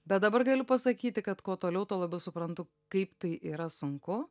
bet dabar galiu pasakyti kad kuo toliau tuo labiau suprantu kaip tai yra sunku